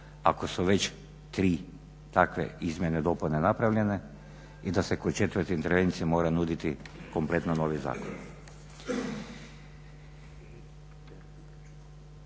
ako su već tri takve izmjene i dopune napravljene i da se kod četvrte intervencije mora nuditi kompletno novi zakon.